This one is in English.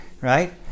right